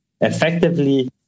Effectively